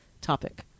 topic